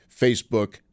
Facebook